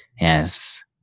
Yes